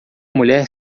mulher